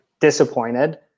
disappointed